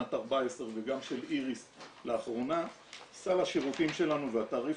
בשנת 14' וגם של איריס לאחרונה סל השירותים שלנו והתעריף